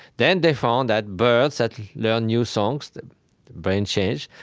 then they found that birds that learn new songs, the brain changed.